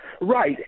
right